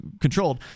controlled